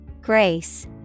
Grace